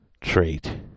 Trait